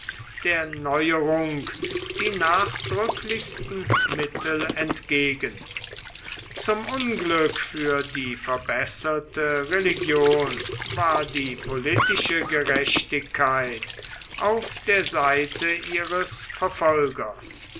der neuerung die nachdrücklichsten mittel entgegen zum unglück für die verbesserte religion war die politische gerechtigkeit auf der seite ihres verfolgers